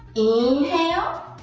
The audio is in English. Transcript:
inhale,